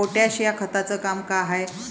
Potash या खताचं काम का हाय?